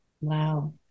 Wow